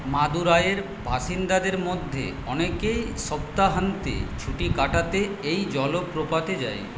মাদুরাইয়ের বাসিন্দাদের মধ্যে অনেকেই সপ্তাহান্তে ছুটি কাটাতে এই জলপ্রপাতে যায়